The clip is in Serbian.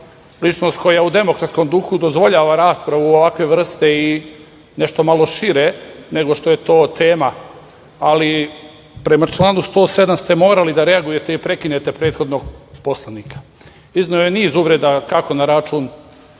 ličnost koja u demokratskom duhu dozvoljava raspravu ovakve vrste i nešto malo šire nego što je to tema, ali prema članu 107. ste morali da reagujete i prekinete prethodnog poslanika. Izneo je niz uvreda kako na račun